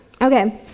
okay